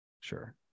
Sure